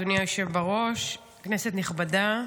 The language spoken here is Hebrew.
אדוני היושב בראש, כנסת נכבדה,